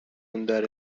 همونجایی